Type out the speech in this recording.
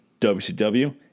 WCW